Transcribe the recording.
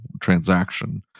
transaction